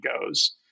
goes